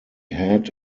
had